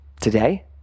Today